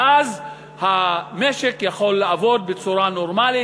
ואז המשק יכול לעבוד בצורה נורמלית.